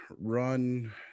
run